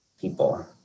people